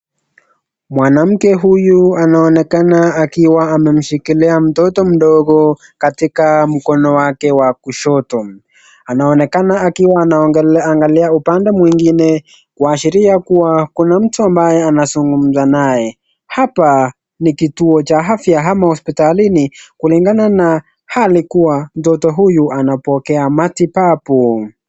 Mwanamke huyu anaonekana akiwa amemshikilia mtoto mdogo katika mkono wake wa kushoto. Anaonekana akiwa anaangalia upande mwingine kuashiria kuwa kuna mtu ambaye anazungumza naye. Hapa ni kituo cha afya ama hospitalini kulingana na hali kuwa, mtoto huyu anapokea matibabu.